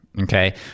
Okay